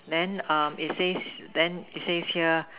then um it says then it says here